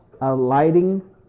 alighting